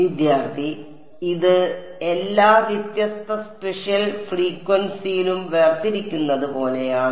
വിദ്യാർത്ഥി അതിനാൽ ഇത് എല്ലാ വ്യത്യസ്ത സ്പേഷ്യൽ ഫ്രീക്വൻസിയിലും വേർതിരിക്കുന്നത് പോലെയാണ്